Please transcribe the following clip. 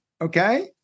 Okay